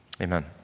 Amen